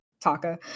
Taka